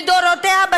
לדורותיה,